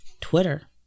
Twitter